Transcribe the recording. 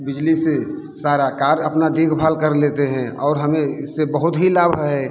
बिजली से सारा कार्य अपना देखभाल कर लेते हैं और हमें इससे बहुत ही लाभ है